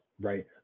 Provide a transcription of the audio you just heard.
right